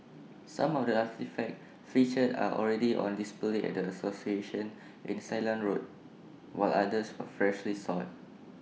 some of the artefacts featured are already on display at the association in Ceylon road while others were freshly sought